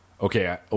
Okay